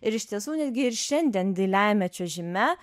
ir iš tiesų netgi ir šiandien dailiajame čiuožime